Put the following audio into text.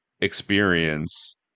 experience